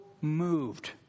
moved